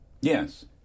yes